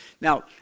Now